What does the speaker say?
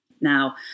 Now